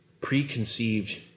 preconceived